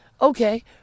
Okay